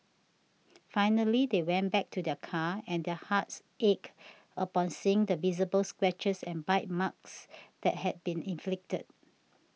finally they went back to their car and their hearts ached upon seeing the visible scratches and bite marks that had been inflicted